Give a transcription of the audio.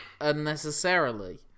unnecessarily